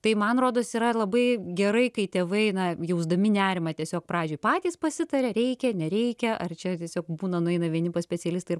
tai man rodos yra labai gerai kai tėvai na jausdami nerimą tiesiog pradžioj patys pasitaria reikia nereikia ar čia tiesiog būna nueina vieni pas specialistą ir